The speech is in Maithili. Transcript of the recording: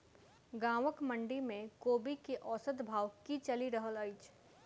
गाँवक मंडी मे कोबी केँ औसत भाव की चलि रहल अछि?